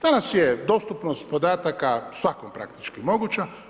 Danas je dostupnost podataka svakom praktički moguća.